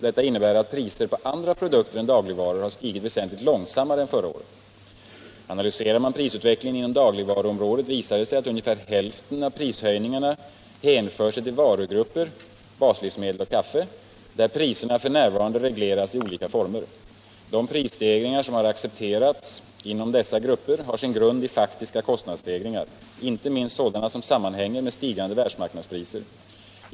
Detta innebär att priser på andra produkter än dagligvaror har stigit väsentligt långsammare än förra året. Analyserar man prisutvecklingen inom dagligvaruområdet visar det sig att ungefär hälften av prishöjningarna hänför sig till varugrupper — baslivsmedel och kaffe — där priserna f.n. regleras i olika former. De prisstegringar som har accepterats inom dessa grupper har sin grund i faktiska kostnadsstegringar, inte minst sådana som sammanhänger med stigande världsmarknadspriser.